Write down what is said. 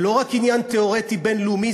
זה לא רק עניין תיאורטי בין-לאומי,